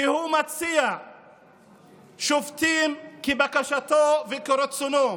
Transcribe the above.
כי הוא מציע שופטים כבקשתו וכרצונו.